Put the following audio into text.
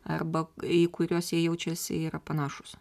arba į kuriuos jie jaučiasi yra panašūs